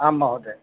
आं महोदय